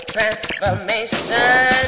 Transformation